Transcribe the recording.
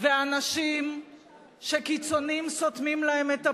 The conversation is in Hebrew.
והנשים שקיצונים סותמים להן את הפה,